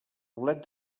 bolet